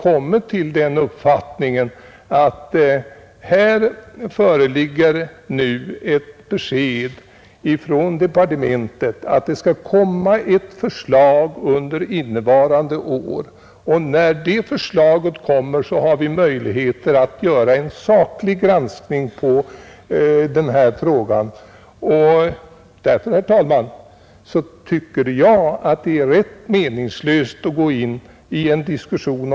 Centerpartiets ledamöter i utskottet har sagt att här har vi nu ett besked från departementschefen om att det under innevarande år kommer att framläggas ett förslag, och när vi fått det förslaget har vi också möjligheter att göra en saklig granskning av frågan. Jag tycker att det är ganska meningslöst att i dag gå in i en detaljdiskussion.